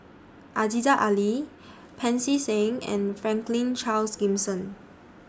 Aziza Ali Pancy Seng and Franklin Charles Gimson